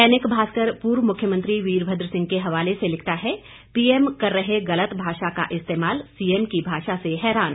दैनिक भास्कर पूर्व मुख्यमंत्री वीरभद्र सिंह के हवाले से लिखता है पीएम कर रहे गलत भाषा का इस्तेमाल सीएम की भाषा से हैरान